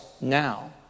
now